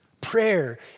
Prayer